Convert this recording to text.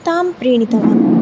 तां प्रेणितवान्